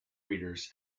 readers